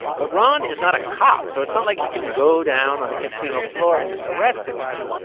but ron is not a cop, so it's not like he can go down on the casino floor and just arrest the guy.